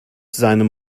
seinem